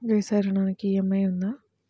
వ్యవసాయ ఋణానికి ఈ.ఎం.ఐ ఉందా?